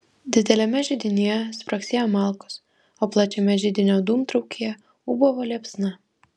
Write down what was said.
dideliame židinyje spragsėjo malkos o plačiame židinio dūmtraukyje ūbavo liepsna